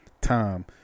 time